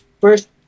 First